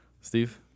Steve